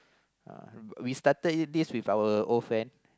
Uh we started this with our old friends